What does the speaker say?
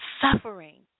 suffering